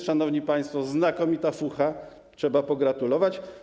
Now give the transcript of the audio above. Szanowni państwo, znakomita fucha, trzeba pogratulować.